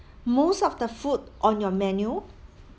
most of the food on your menu